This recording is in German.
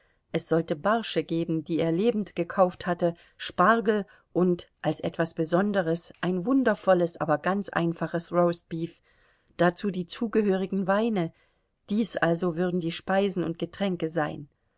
es sollte barsche geben die er lebend gekauft hatte spargel und als etwas besonderes ein wundervolles aber ganz einfaches roastbeef dazu die zugehörigen weine dies also würden die speisen und getränke sein